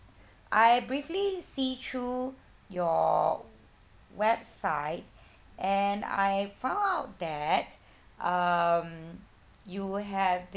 I briefly see through your website and I found out that um you have